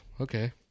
okay